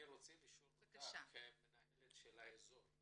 אני רוצה לשאול אותך כמנהלת האזור,